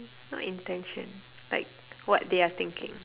not intention like what they are thinking